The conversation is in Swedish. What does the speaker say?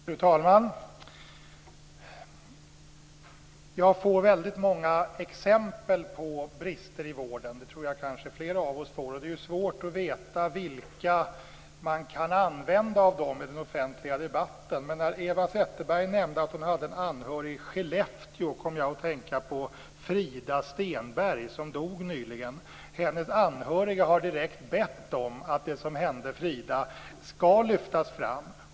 Fru talman! Jag får väldigt många exempel på brister i vården, och det tror jag att det kanske är fler av oss som får. Det är svårt att veta vilka av dem man kan använda i den offentliga debatten. Men när Eva Zetterberg nämnde en anhörig i Skellefteå kom jag att tänka på Frida Stenberg, som dog nyligen. Hennes anhöriga har direkt bett om att det som hände Frida skall lyftas fram.